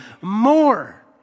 more